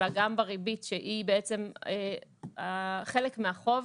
אלא גם בריבית שהיא בעצם חלק מהחוב,